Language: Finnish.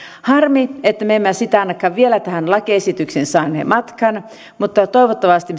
harmi että me emme sitä ainakaan vielä tähän lakiesitykseen saaneet matkaan mutta toivottavasti